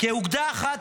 כאוגדה אחת,